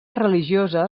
religiosa